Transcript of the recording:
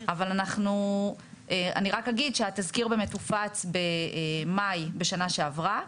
אבל אני רק אגיד שהתזכיר הופץ במאי בשנה שעברה,